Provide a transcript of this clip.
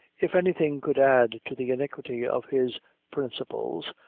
if anything could add to the iniquity of his principles,